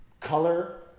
Color